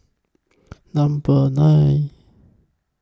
Number nine